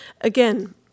Again